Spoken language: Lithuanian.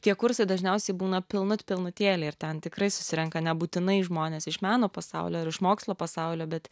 tie kursai dažniausiai būna pilnut pilnutėlei ir ten tikrai susirenka nebūtinai žmonės iš meno pasaulio ir iš mokslo pasaulio bet